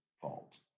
fault